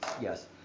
Yes